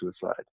suicide